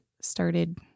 started